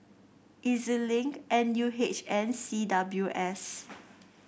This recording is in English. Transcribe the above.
E Z Link N U H and C W S